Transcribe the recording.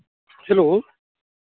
hello